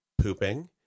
pooping